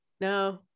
No